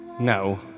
No